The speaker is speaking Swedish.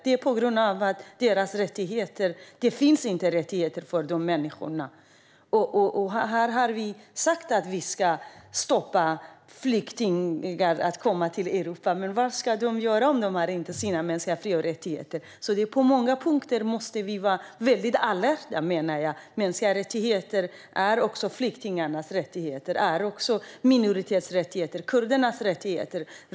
Det beror på att dessa människor inte har några rättigheter. Vi har sagt att vi ska stoppa flyktingar från att komma till Europa, men vad ska de göra om de inte har några mänskliga friheter och rättigheter? På många punkter måste vi vara väldigt alerta. Mänskliga rättigheter är också flyktingarnas rättigheter och minoriteternas - till exempel kurdernas - rättigheter.